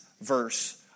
verse